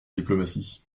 diplomatie